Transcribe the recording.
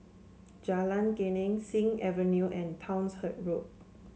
Jalan Geneng Sing Avenue and Townshend Road